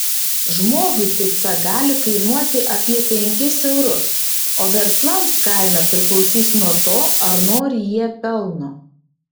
žmogui pica gali kainuoti apie penkis eurus o verslams kaina priklausys nuo to ar nori jie pelno